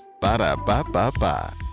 Ba-da-ba-ba-ba